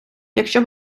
якщо